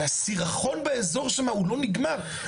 והסירחון באזור שמה הוא לא נגמר.